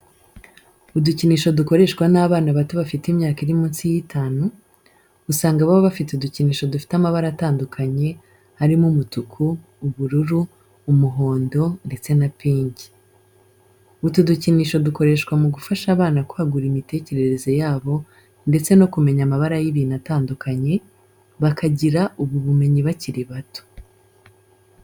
Udukinisho dukoreshwa n'abana bato bafite imyaka iri munsi y'itanu, usanga baba bafite udukinisho dufite amabara atandukanye dufite amabara atandukanye arimo umutuku, ubururu, umuhondo, ndetse na pinki. Utu dukinisho dukoreshwa mugufasha abana kwagura imitekerereze yabo ndetse no kumenya amabara y'ibintu atandukanye, bakagira ubu bumenyi bakiri bato.